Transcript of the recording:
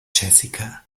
jessica